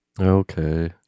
Okay